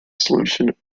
solution